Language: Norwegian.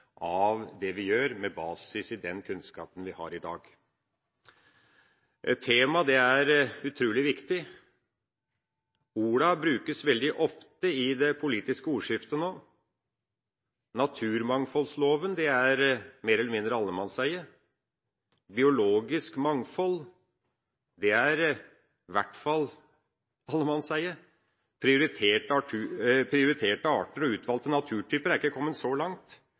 av det vi gjør med basis i den kunnskapen vi har i dag. Temaet er utrolig viktig. Ordene brukes veldig ofte i det politiske ordskiftet nå. «Naturmangfoldloven» er mer eller mindre allemannseie. «Biologisk mangfold» er i hvert fall allemannseie. «Prioriterte arter» og «utvalgte naturtyper» er ikke kommet så langt,